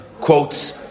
quotes